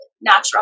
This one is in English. natural